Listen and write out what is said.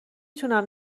تونم